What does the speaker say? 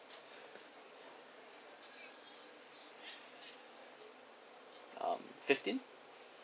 um fifteen